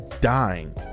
dying